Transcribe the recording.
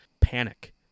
panic